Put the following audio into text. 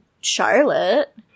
Charlotte